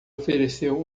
ofereceu